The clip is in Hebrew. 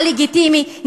הלגיטימי,